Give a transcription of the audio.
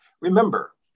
Remember